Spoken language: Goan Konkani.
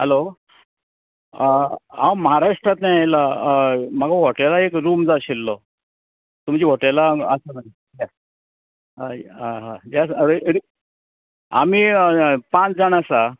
हॅलो हांव महाराष्ट्रातल्यान येयलां हय म्हाका हॉटेलां एक रूम जाय आशिल्लो तुमचें हॉटेला आसा म्हणून हय हय आमी पांच जाण आसा